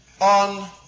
on